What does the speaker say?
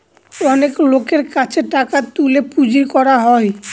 অনেক লোকের কাছে টাকা তুলে পুঁজি করা হয়